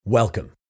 Welcome